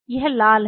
यह लाल है